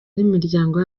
n’imiryango